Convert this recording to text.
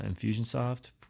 Infusionsoft